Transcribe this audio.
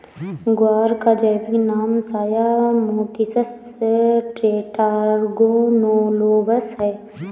ग्वार का वैज्ञानिक नाम साया मोटिसस टेट्रागोनोलोबस है